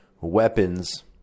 weapons